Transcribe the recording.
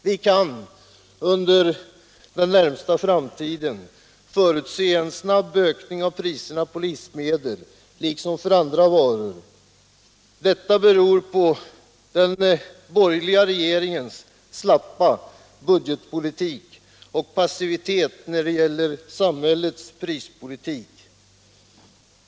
Vi kan under den närmaste framtiden förutse en snabb ökning av priserna på livsmedel liksom på andra varor. Detta beror på den borgerliga regeringens slappa budgetpolitik och på passiviteten när det gäller samhällets prispolitik.